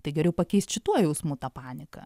tai geriau pakeist šituo jausmu tą paniką